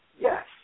yes